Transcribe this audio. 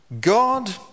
God